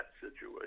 situation